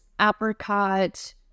apricot